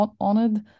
honored